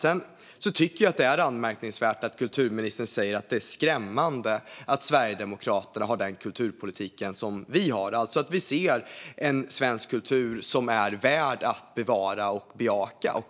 Jag tycker att det är anmärkningsvärt att kulturministern säger att det är skrämmande att Sverigedemokraterna har den kulturpolitik som vi har, alltså att vi ser en svensk kultur som är värd att bevara och bejaka.